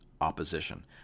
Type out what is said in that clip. opposition